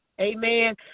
amen